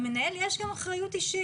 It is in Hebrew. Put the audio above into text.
למנהל יש גם אחריות אישית.